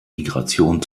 migration